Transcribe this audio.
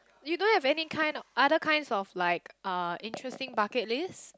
you don't have any kind other kinds of like uh interesting bucket list